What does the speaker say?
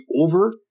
over